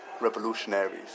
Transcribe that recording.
revolutionaries